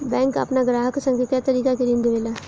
bank आपना ग्राहक सन के कए तरीका के ऋण देवेला